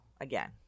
again